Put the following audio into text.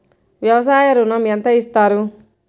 వ్యవసాయ ఋణం ఎంత ఇస్తారు?